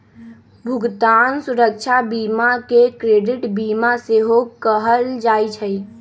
भुगतान सुरक्षा बीमा के क्रेडिट बीमा सेहो कहल जाइ छइ